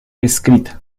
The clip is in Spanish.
escrita